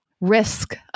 risk